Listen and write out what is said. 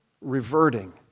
reverting